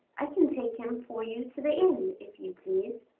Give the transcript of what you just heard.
i can take him for you to the inn, if you please.